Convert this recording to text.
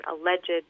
alleged